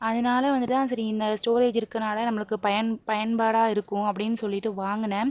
அதனால் வந்துட்டுதான் இந்த ஸ்டோரேஜ் இருக்கனால் நம்மளுக்கு பயன் பயன்பாடாக இருக்கும் அப்படின்னு சொல்லிவிட்டு வாங்கினேன்